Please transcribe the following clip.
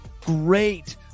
Great